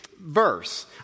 verse